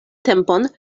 tempon